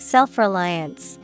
Self-reliance